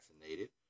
vaccinated